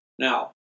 Now